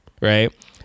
right